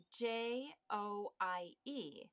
J-O-I-E